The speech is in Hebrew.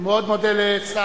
אני מאוד מודה לשר.